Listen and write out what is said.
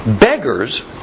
Beggars